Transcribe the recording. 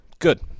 Good